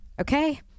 okay